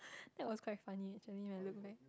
that was quite funny actually when I look back